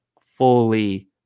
fully